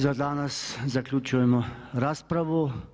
Za danas zaključujemo raspravu.